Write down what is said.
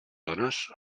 dones